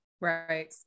Right